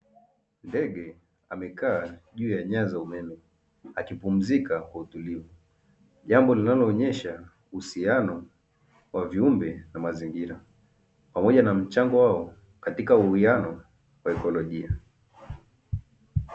Ndege amekaa juu ya nyaya za umeme akipumzika kwa utulivu, jambo linaloonyesha uhusiano wa viumbe na mazingira, pamoja na mchango wao katika uiano wa ikolojia.